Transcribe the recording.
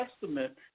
Testament